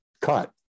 cut